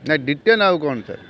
ନାଇ ଡିଟେନ୍ ଆଉ କ'ଣ ସାର୍